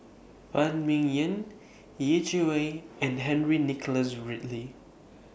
Phan Ming Yen Yeh Chi Wei and Henry Nicholas Ridley